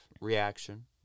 reaction